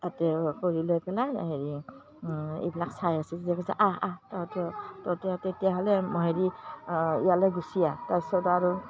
তাতে কৰি লৈ পেলাই হেৰি এইবিলাক চাই আছো ভিনদেউৱে কৈছে আহ আহ তহঁতে তহঁতে ইয়াতে তেতিয়াহ'লে হেৰি ইয়ালৈ গুচি আহ তাৰ পিছত আৰু